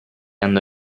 andò